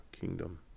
kingdom